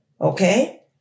okay